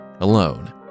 alone